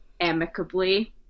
amicably